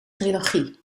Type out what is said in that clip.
trilogie